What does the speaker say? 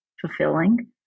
fulfilling